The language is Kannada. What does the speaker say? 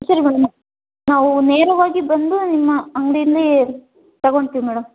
ಸರಿ ಮೇಡಮ್ ನಾವು ನೇರವಾಗಿ ಬಂದು ನಿಮ್ಮ ಅಂಗಡಿಲಿ ತಗೊಂತೀವಿ ಮೇಡಮ್